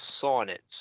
sonnets